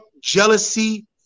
jealousy